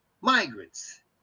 migrants